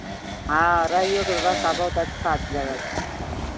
हँ रहैओके व्यवस्था बहुत अच्छा जगह छै